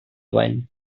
bany